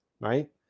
right